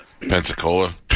Pensacola